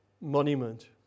monument